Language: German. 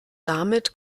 damit